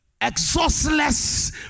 exhaustless